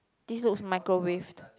this looks microwaved